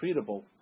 treatable